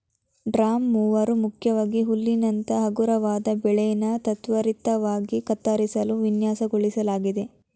drum mower ಮುಖ್ಯವಾಗಿ ಹುಲ್ಲಿನಂತ ಹಗುರವಾದ ಬೆಳೆನ ತ್ವರಿತವಾಗಿ ಕತ್ತರಿಸಲು ವಿನ್ಯಾಸಗೊಳಿಸ್ಲಾಗಿದೆ